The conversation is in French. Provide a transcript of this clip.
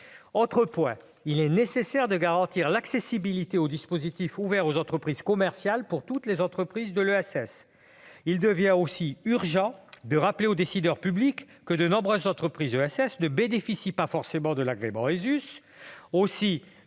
ailleurs, il importe de garantir l'accessibilité aux dispositifs ouverts aux entreprises commerciales pour toutes les entreprises de l'ESS. Il devient aussi urgent de rappeler aux décideurs publics que de nombreuses entreprises de ce secteur ne bénéficient pas forcément de l'agrément ESUS.